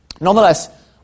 Nonetheless